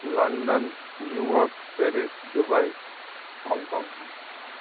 London New York Paris Dubai Hong Kong